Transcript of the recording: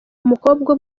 umukobwa